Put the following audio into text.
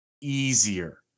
easier